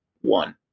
one